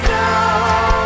now